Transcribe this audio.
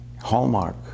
hallmark